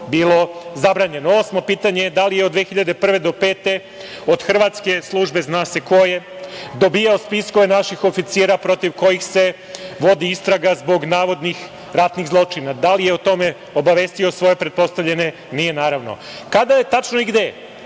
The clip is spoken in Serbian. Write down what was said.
bilo zabranjeno? Osmo pitanje, da li je od 2001. do 2005. godine od hrvatske službe, zna se koje, dobijao spiskove naših oficira protiv kojih se vodi istraga zbog navodnih ratnih zločina? Da li je o tome obavestio svoje pretpostavljene? Nije, naravno. Kada je tačno, gde